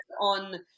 on